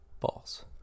False